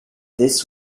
this